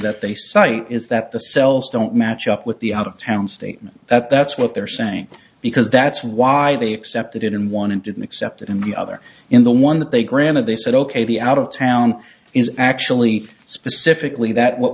that they cite is that the cells don't match up with the out of town statement that that's what they're saying because that's why they accepted it in one and didn't accept it and the other in the one that they granted they said ok the out of town is actually specifically that what